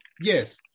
yes